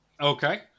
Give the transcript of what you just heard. okay